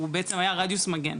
הוא בעצם היה רדיוס מגן.